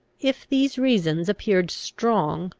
if these reasons appeared strong,